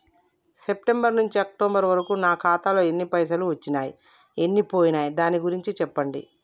September నుంచి October వరకు నా ఖాతాలో ఎన్ని పైసలు వచ్చినయ్ ఎన్ని పోయినయ్ దాని గురించి చెప్పండి?